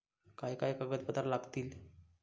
काय काय कागदपत्रा लागतील?